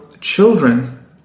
children